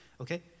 okay